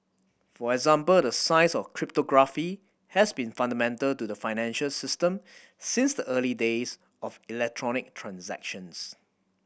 for example the science of cryptography has been fundamental to the financial system since the early days of electronic transactions